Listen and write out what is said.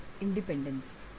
independence